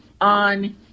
on